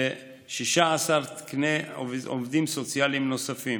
ב-16 תקני עובדים סוציאליים נוספים.